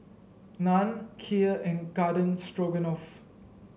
Naan Kheer and Garden Stroganoff